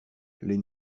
les